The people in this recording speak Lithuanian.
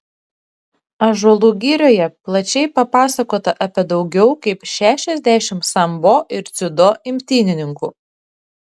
ąžuolų girioje plačiai papasakota apie daugiau kaip šešiasdešimt sambo ir dziudo imtynininkų